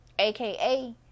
AKA